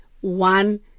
one